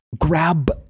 grab